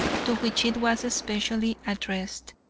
to which it was specially addressed,